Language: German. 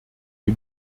die